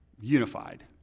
unified